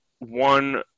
one